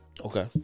Okay